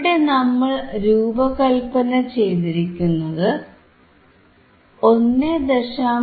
ഇവിടെ നമ്മൾ രൂപകല്പന ചെയ്തിരിക്കുന്നത് 1